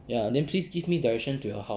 ya then please give me direction to your house